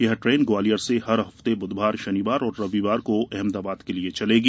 यह ट्रेन ग्वालियर से हर हफ्ते बूधवार शनिवार और रविवार को अहमदाबाद के लिए चलेगी